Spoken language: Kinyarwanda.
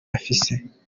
afise